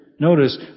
notice